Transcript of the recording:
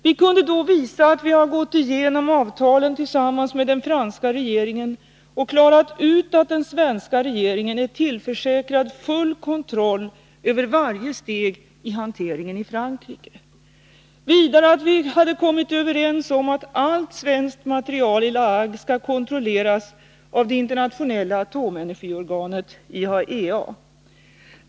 Vi kunde då redovisa att vi har gått igenom avtalen tillsammans med den franska regeringen och klarat ut att den svenska regeringen är tillförsäkrad full kontroll över varje steg i hanteringen i Frankrike. Vidare har vi kommit överens om att allt svenskt material i La Hague skall kontrolleras av det internationella atomenergiorganet IAEA.